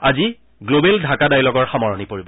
আজি গ্লোবেল ঢাকা ডায়লগৰ আজি সামৰণি পৰিব